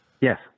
Yes